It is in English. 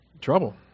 trouble